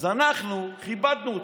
אז אנחנו כיבדנו אתכם.